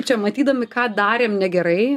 čia matydami ką darėme negerai